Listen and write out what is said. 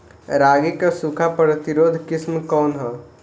रागी क सूखा प्रतिरोधी किस्म कौन ह?